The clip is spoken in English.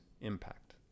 impact